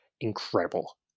incredible